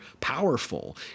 powerful